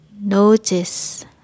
Notice